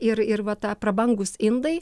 ir ir va ta prabangūs indai